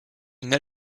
une